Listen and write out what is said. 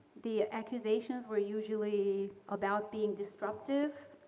the accusations were usually about being disruptive